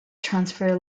transfer